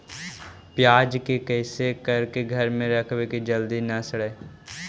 प्याज के कैसे करके घर में रखबै कि जल्दी न सड़ै?